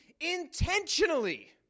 Intentionally